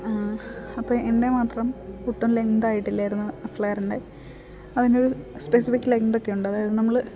അപ്പം എൻ്റെ മാത്രം ഒട്ടും ലെങ്ത് ആയിട്ടില്ലായിരുന്നു മഫ്ലയറിൻ്റെ അതിനൊരു സ്പെസിഫിക് ലെങ്തൊക്കെയുണ്ട് അതായത് നമ്മൾ